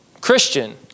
Christian